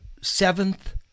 seventh